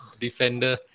defender